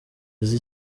azi